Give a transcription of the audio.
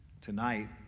Tonight